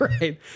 right